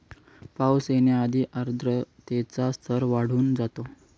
पाऊस येण्याआधी आर्द्रतेचा स्तर वाढून जातो